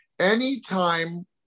anytime